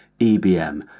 EBM